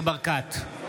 ניר ברקת,